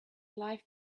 life